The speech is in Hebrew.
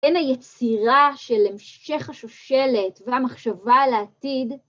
בין היצירה של המשך השושלת והמחשבה על העתיד